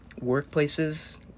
workplaces